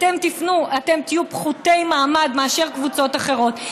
אתם תפנו, ואתם תהיו פחותי מעמד, מקבוצות אחרות.